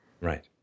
Right